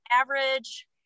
average